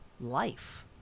life